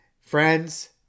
friends